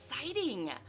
exciting